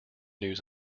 news